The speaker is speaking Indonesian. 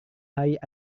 hari